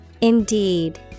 Indeed